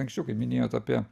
anksčiau kaip minėjot apie